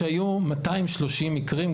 שהיו 230 מקרים,